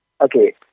Okay